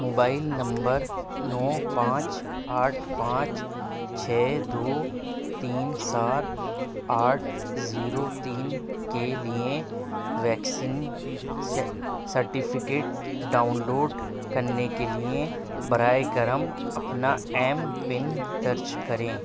mobile نمبر نو پانچ آٹھ پانچ چھ دو تین سات آٹھ زیرو تین کے لیے ویکسین سرٹیفکیٹ ڈاؤن لوڈ کرنے کے لیے براہِ کرم اپنا ایم پن درج کریں